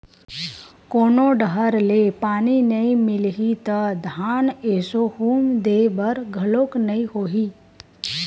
कोनो डहर ले पानी नइ मिलही त धान एसो हुम दे बर घलोक नइ होही